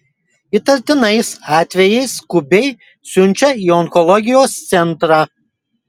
įtartinais atvejais skubiai siunčia į onkologijos centrą